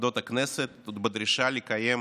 ועדות הכנסת בדרישה לקיים